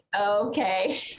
okay